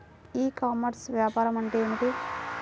ఈ కామర్స్లో వ్యాపారం అంటే ఏమిటి?